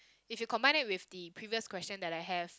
if you combine it with the previous question that I have